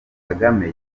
kagame